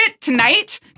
tonight